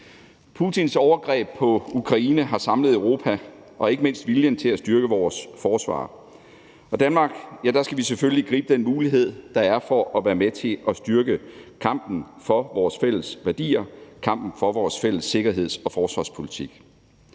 Putins overgreb på Ukraine har samlet Europa og ikke mindst viljen til at styrke vores forsvar. Danmark skal selvfølgelig gribe den mulighed, der er for at være med til at styrke kampen for vores fælles værdier, kampen for vores fælles sikkerheds- og forsvarspolitik.